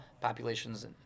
populations